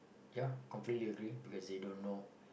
ya completely agree cause they don't know